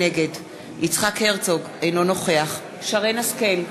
נגד יצחק הרצוג, אינו נוכח שרן השכל,